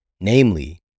Namely